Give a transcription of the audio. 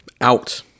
Out